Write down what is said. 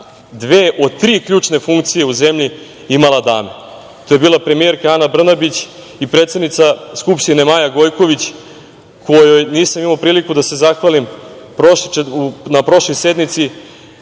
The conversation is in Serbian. dve od tri ključne funkcije u zemlji imala dame. To je bila premijerka Ana Brnabić i predsednica Skupštine Maja Gojković, kojoj nisam imao priliku da se zahvalim na prošloj sednici,